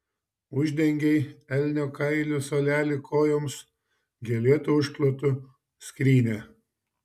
uždengei elnio kailiu suolelį kojoms gėlėtu užklotu skrynią